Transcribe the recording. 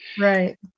Right